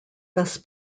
thus